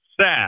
Sad